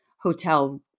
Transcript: hotel